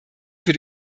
für